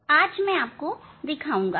आज मैं आपको दिखाऊंगा